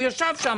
הוא ישב שם.